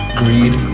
greed